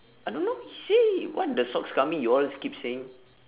I don't know he say what the socks coming you all keep saying